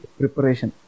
preparation